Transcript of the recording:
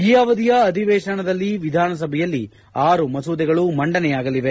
ಈ ಅವಧಿಯ ಅಧಿವೇಶನದಲ್ಲಿ ವಿಧಾನಸಭೆಯಲ್ಲಿ ಆರು ಮಸೂದೆಗಳು ಮಂಡನೆಯಾಗಲಿದೆ